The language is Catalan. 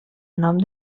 nom